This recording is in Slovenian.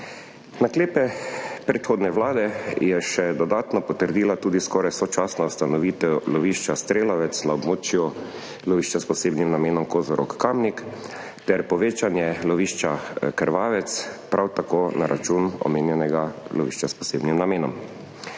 Naklepe predhodne Vlade je še dodatno potrdila tudi skoraj sočasna ustanovitev lovišča Strelovec na območju lovišča s posebnim namenom Kozorog Kamnik ter povečanje lovišča Krvavec, prav tako na račun omenjenega lovišča s posebnim namenom.